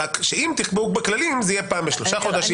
רק שאם תקבעו כללים זה יהיה פעם בשלושה חודשים,